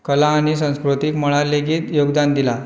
कला आनी संस्कृतीक मळार लेगीत योगदान दिलां